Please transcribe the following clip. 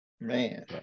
Man